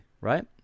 right